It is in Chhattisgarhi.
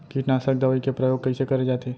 कीटनाशक दवई के प्रयोग कइसे करे जाथे?